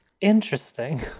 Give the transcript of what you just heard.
Interesting